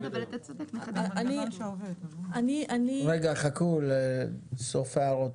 רגע חכו לסוף ההערות,